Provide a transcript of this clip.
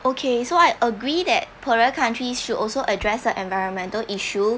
okay so I agree that poorer countries should also address environmental issue